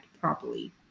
properly